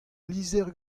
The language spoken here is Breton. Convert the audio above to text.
lizher